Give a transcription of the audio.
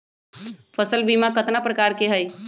फसल बीमा कतना प्रकार के हई?